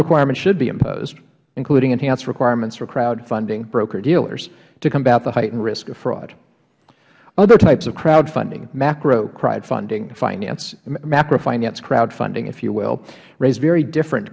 requirements should be imposed including enhanced requirements for crowdfunding brokerdealers to combat the heightened risk of fraud other types of crowdfunding micro crowdfunding finance macro finance crowdfunding if you will raise very different